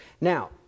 Now